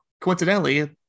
coincidentally